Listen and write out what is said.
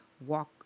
walk